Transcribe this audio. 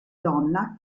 donna